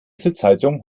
sitzhaltung